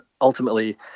ultimately